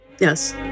Yes